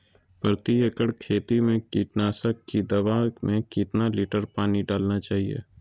प्रति एकड़ खेती में कीटनाशक की दवा में कितना लीटर पानी डालना चाइए?